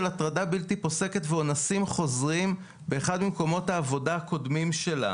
הטרדה בלתי פסקת ואונסים חוזרים באחד ממקומות העבודה הקודמים שלה